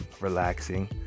relaxing